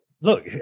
look